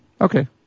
Okay